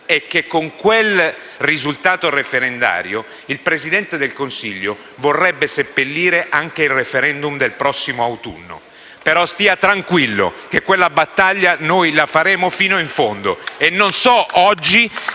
è che, con questo risultato referendario, il Presidente del Consiglio vorrebbe seppellire anche il *referendum* del prossimo autunno. Stia però tranquillo, perché quella battaglia la faremo fino in fondo.